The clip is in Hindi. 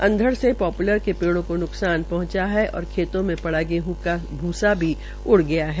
अंधड़ से पाप्लर के पेड़ो को न्कसान पहंचा है और खेतों मे पड़ा गेहं का भूसा भी उड़ गया है